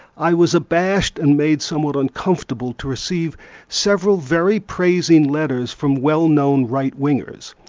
i was abashed and made somewhat uncomfortable to receive several very praising letters from well-known right-wingers.